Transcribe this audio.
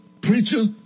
preacher